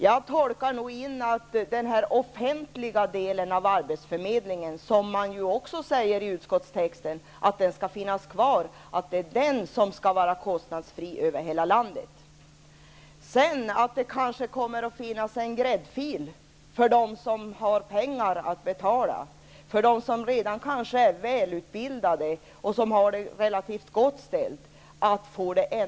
Jag tolkar nog detta som att det är den offentliga delen av arbetsförmedlingen, som enligt utskottstexten skall finnas kvar, som skall vara kostnadsfri över hela landet och att det sedan kommer att finnas en gräddfil för dem som har pengar att betala med och för dem som kanske redan är välutbildade och som har det relativt gott ställt.